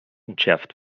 entschärft